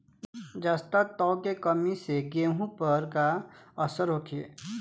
जस्ता तत्व के कमी से गेंहू पर का असर होखे?